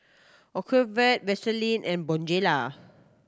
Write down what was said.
Ocuvite Vaselin and Bonjela